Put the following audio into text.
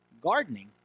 Gardening